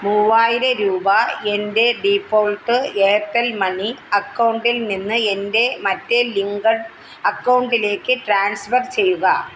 മൂവായിരം രൂപ എന്റെ ഡിഫോൾട്ട് എയർട്ടെൽ മണി അക്കൗണ്ടിൽനിന്ന് എന്റെ മറ്റേ ലിങ്കഡ് അക്കൗണ്ടിലേക്ക് ട്രാൻസ്ഫർ ചെയ്യുക